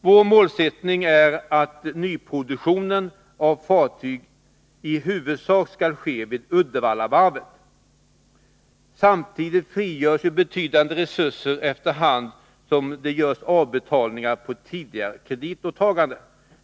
Vår målsättning är att nyproduktionen av fartyg i huvudsak skall ske vid Uddevallavarvet. Samtidigt frigörs betydande resurser efter hand genom avbetalningar på tidigare kreditåtagande.